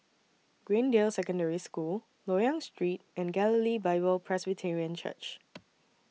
Greendale Secondary School Loyang Street and Galilee Bible Presbyterian Church